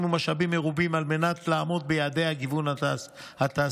ומשאבים מרובים על מנת לעמוד ביעדי הגיוון התעסוקתי.